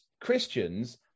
Christians